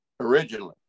originally